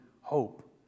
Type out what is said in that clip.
hope